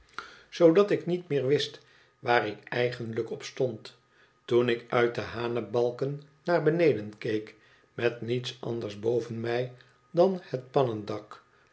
zoodat ik niet meer wist waar ik eigenlijk op stond toen ik uit de hanebalken naar beneden keek met niets anders boven mij dan het pannendak